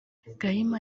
gahima